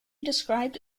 described